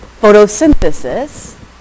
photosynthesis